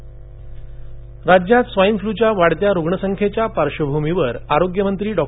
swine flu राज्यात swine फ्ल्युच्या वाढत्या रुग्णसंख्येच्या पार्श्वभूमीवर आरोग्यमंत्री डॉ